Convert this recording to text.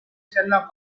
sherlock